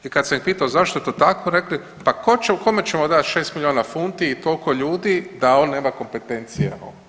I kad sam ih pitao zašto je to tako, rekli pa tko će, pa kome dati 6 milijuna funti i toliko ljudi da on nema kompetencije.